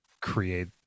create